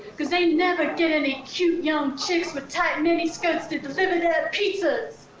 because they never get any cute young chicks with tight mini skirts to deliver their pizzas.